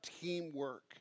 teamwork